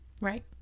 Right